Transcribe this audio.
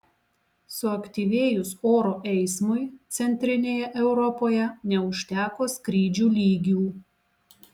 suaktyvėjus oro eismui centrinėje europoje neužteko skrydžių lygių